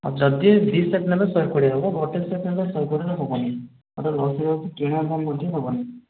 ଆଉ ଯଦି ଦି ସେଟ୍ ନେବେ ଶହେ କୋଡ଼ିଏ ହେବ ଗୋଟିଏ ସେଟ୍ ନେଲେ ଶହେ କୋଡ଼ିଏରେ ହେବନି ମୋର ଲସ୍ ହୋଇଯାଉଛି କିଣା କମ ବୋଧେ ହେବନି